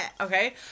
Okay